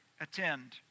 attend